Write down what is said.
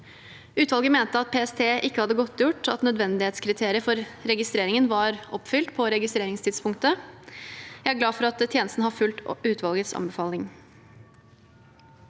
Utvalget mente at PST ikke hadde godtgjort at nødvendighetskriteriet for registreringen var oppfylt på registreringstidspunktet. Jeg er glad for at tjenesten har fulgt utvalgets anbefaling.